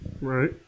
Right